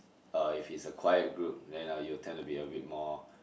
uh if it's a quiet group then are you tend to be a bit more